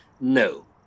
No